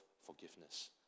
forgiveness